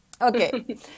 Okay